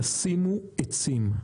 תשימו עצים,